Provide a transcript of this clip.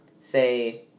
say